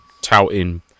touting